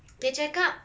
dia cakap